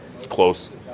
close